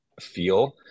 feel